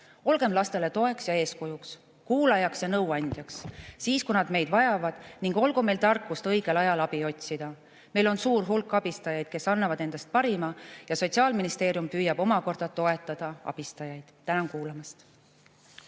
Olgem lastele toeks ja eeskujuks, kuulajaks ja nõuandjaks siis, kui nad meid vajavad, ning olgu meil tarkust õigel ajal abi otsida. Meil on suur hulk abistajaid, kes annavad endast parima, ja Sotsiaalministeerium püüab omakorda toetada abistajaid. Tänan kuulamast!